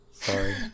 Sorry